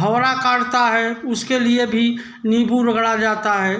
भंवरा काटता है उसके लिए भी नींबू रगड़ा जाता है